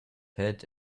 hat